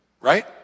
right